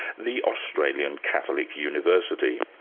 the australian catholic university.